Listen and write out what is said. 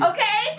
Okay